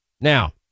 Now